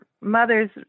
mother's